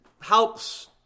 helps